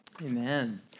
Amen